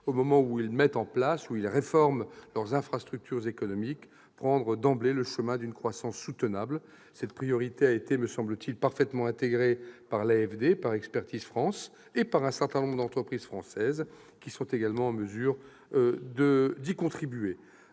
au moment où ils mettent en place leurs infrastructures économiques, ils doivent prendre d'emblée le chemin d'une croissance soutenable. Cette priorité a été, me semble-t-il, parfaitement intégrée par l'AFD, par Expertise France, et par un certain nombre d'entreprises françaises également en mesure d'y contribuer.